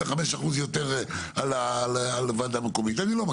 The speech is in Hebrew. מפקחים מנהליים פחות מכך, שלושה בלבד, והם